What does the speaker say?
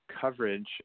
coverage